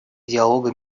диалога